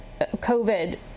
COVID